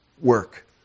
work